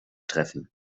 treffen